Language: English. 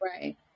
right